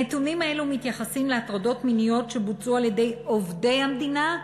הנתונים האלה מתייחסים להטרדות מיניות שבוצעו על-ידי עובדי המדינה,